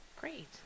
great